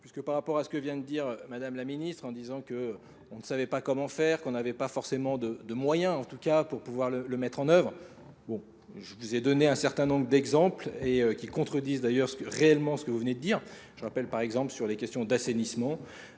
puisque par rapport à ce que vient de dire Madame la Ministre en disant qu'on ne savait pas comment faire, qu'on n'avait pas forcément de moyens en tout cas pour pouvoir le mettre en œuvre. Bon, je vous ai donné un certain nombre d'exemples et qui contredisent d'ailleurs réellement ce que vous venez de dire. Je rappelle par exemple sur les questions d'assainissement.